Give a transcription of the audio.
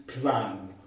plan